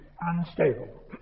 unstable